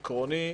עקרוני,